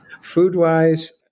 Food-wise